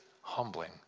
humbling